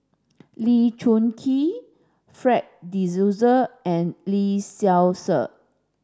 Lee Choon Kee Fred de Souza and Lee Seow Ser